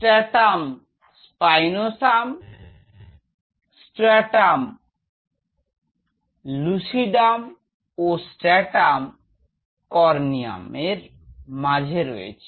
Stratum Spinosum Stratum Lucidum ও Stratum Corneum এর মাঝে রয়েছে